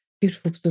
beautiful